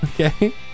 Okay